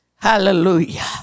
Hallelujah